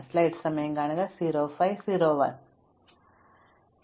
അതിനാൽ ഇത് ശരിയാണെന്ന് ഇപ്പോൾ സ്ഥാപിച്ചുകഴിഞ്ഞാൽ നമുക്ക് സങ്കീർണ്ണത നോക്കാം